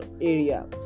area